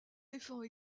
défend